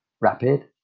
rapid